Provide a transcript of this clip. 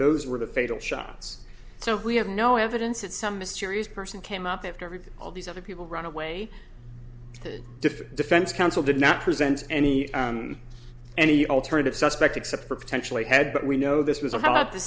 those were the fatal shots so we have no evidence that some mysterious person came up after everything all these other people run away to different defense counsel did not present any any alternative suspect except for potentially head but we know this was